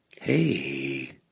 hey